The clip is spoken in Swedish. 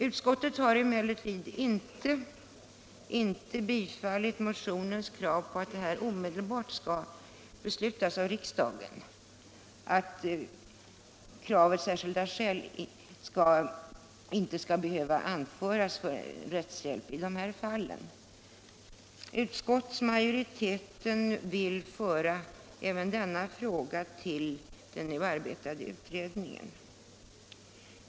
Utskottet har inte tillstyrkt motionärernas krav att riksdagen omedelbart skall uttala att särskilda skäl inte skall behöva anföras för att rättshjälp skall kunna beviljas i sådana fall. Utskottsmajoriteten vill föra även denna fråga till den nu arbetande utredningen.